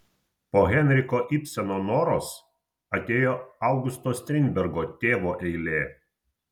po henriko ibseno noros atėjo augusto strindbergo tėvo eilė